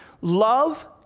Love